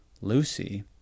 Lucy